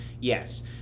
Yes